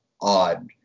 odd